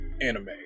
anime